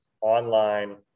online